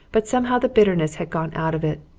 but somehow the bitterness had gone out of it.